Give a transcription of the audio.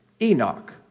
Enoch